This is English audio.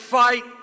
fight